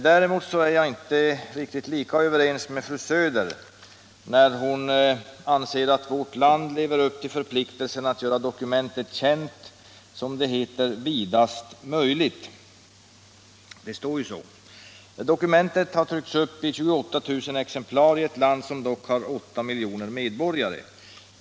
Däremot är jag inte riktigt lika överens med fru Söder när hon anser att vårt land lever upp till förpliktelsen att göra dokumentet känt, som det heter, vidast möjligt. Dokumentet har tryckts i 28 000 exemplar i ett land som dock har 8 miljoner medborgare.